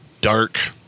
dark